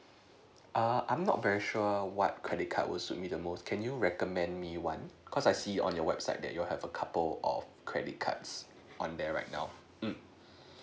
err I'm not very sure what credit card will suit me the most can you recommend me one cause I see on your website that you have a couple of credit cards on there right now um